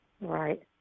Right